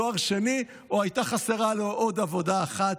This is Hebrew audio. תואר שני או הייתה חסרה לו עוד עבודה אחת?